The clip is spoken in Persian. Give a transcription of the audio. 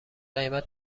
قیمت